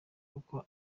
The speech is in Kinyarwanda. kuko